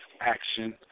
action